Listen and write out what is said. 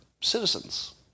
citizens